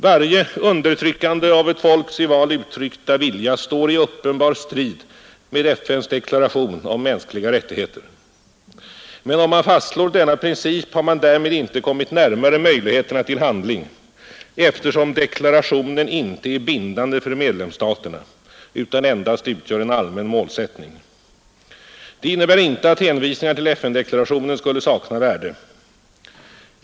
Varje undertryckande av ett folks i val framförda vilja står i uppenbar strid med FN:s deklaration om mänskliga rättigheter. Men om man fastslår denna princip har man därmed inte kommit närmare möjligheterna till handling, eftersom deklarationen inte är bindande för medlemsstaterna utan endast utgör en allmän målsättning. Det innebär inte att hänvisningar till FN-deklarationen skulle sakna värde.